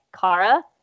Kara